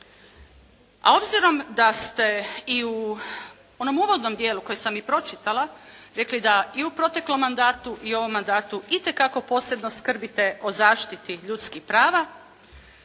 A obzirom da ste i u onom uvodnom dijelu koji sam i pročitala rekli da i u proteklom mandatu i u ovom mandatu itekako posebno skrbite o zaštiti ljudskih prava.